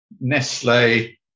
Nestle